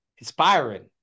Inspiring